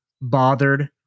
bothered